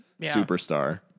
superstar